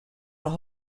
los